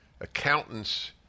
Accountants